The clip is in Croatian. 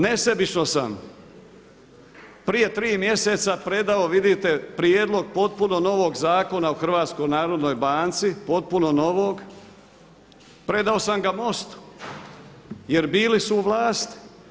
Nesebično sam prije 3 mjeseca predao, vidite, prijedlog potpuno novog Zakona o HNB-u, potpuno novog, predao sam ga MOST-u jer bili su u vlasti.